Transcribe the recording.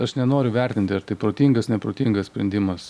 aš nenoriu vertinti ar tai protingas neprotingas sprendimas